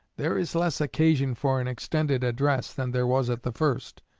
there is less occasion for an extended address than there was at the first.